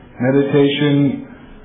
Meditation